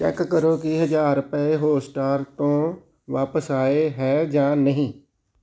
check ਕਰੋ ਕਿ ਹਜ਼ਾਰ ਰੁਪਏ ਹੌਟਸਟਾਰ ਤੋਂ ਵਾਪਸ ਆਏ ਹੈ ਜਾਂ ਨਹੀਂ